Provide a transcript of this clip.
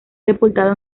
sepultado